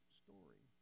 story